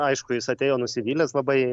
aišku jis atėjo nusivylęs labai